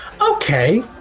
Okay